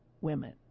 women